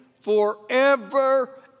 forever